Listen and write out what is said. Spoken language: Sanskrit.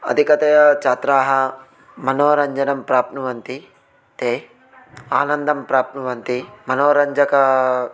अधिकतया छात्राः मनोरञ्जनं प्राप्नुवन्ति ते आनन्दं प्राप्नुवन्ति मनोरञ्जका